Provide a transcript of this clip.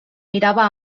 mirava